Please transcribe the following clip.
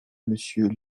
monsieur